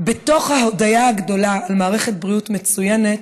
בתוך ההודיה הגדולה על מערכת בריאות מצוינת,